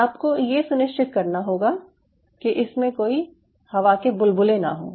आपको ये सुनिश्चित करना होगा कि इसमें कोई हवा के बुलबुले ना हों